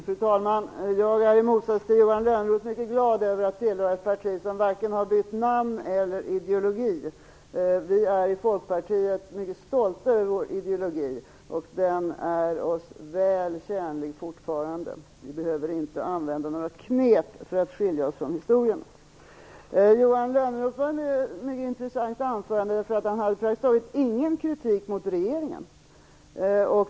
Fru talman! Jag är i motsats till Johan Lönnroth mycket glad över att tillhöra ett parti som varken har bytt namn eller ideologi. Vi i Folkpartiet är mycket stolta över vår ideologi, och den är oss väl tjänlig fortfarande. Vi behöver inte använda några knep för att skilja oss från historien. Johan Lönnroth höll ett intressant anförande. Det innehöll praktiskt taget ingen kritik mot regeringen.